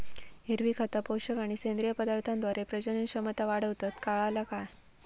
हिरवी खता, पोषक आणि सेंद्रिय पदार्थांद्वारे प्रजनन क्षमता वाढवतत, काळाला काय?